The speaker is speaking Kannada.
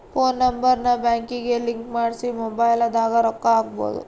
ಫೋನ್ ನಂಬರ್ ನ ಬ್ಯಾಂಕಿಗೆ ಲಿಂಕ್ ಮಾಡ್ಸಿ ಮೊಬೈಲದಾಗ ರೊಕ್ಕ ಹಕ್ಬೊದು